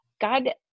God